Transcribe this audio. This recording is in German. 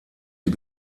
die